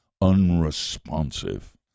unresponsive